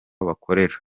bakorera